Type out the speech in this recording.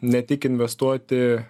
ne tik investuoti